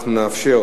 אנחנו נאפשר,